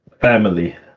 family